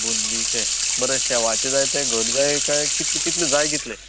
बुंदीचे बरें शेवांचे जाय ते घट जाय काय कितले कितले जाय कितले